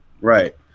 right